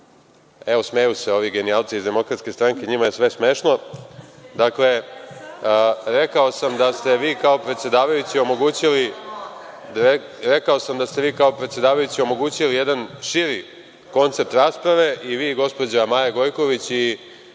evo, smeju se ovi genijalci iz DS, njima je sve smešno, dakle, rekao sam da ste vi kao predsedavajući omogućili jedan širi koncept rasprave, i vi gospođa Maja Gojković i